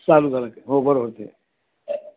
चालू झालं का हो बरोबर आहे ते